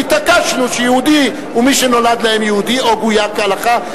כי התעקשנו שיהודי הוא מי שנולד לאם יהודייה או גויר כהלכה.